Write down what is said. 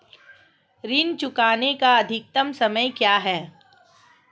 ऋण चुकाने का अधिकतम समय क्या है?